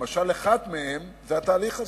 למשל אחד מהם זה התהליך הזה.